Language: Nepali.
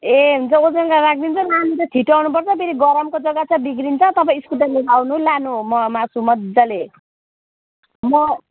ए हुन्छ वजन गरेर राखिदिन्छु नि लानु चाहिँ छिटो आउनु पर्छ फेरि गरमको जग्गा छ बिग्रिन्छ तपाईँ स्कुटर लिएएर आउनु लानु म मासु मज्जाले म